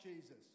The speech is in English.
Jesus